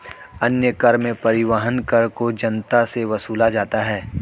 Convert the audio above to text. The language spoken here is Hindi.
अन्य कर में परिवहन कर को जनता से वसूला जाता है